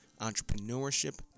entrepreneurship